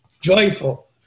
joyful